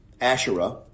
Asherah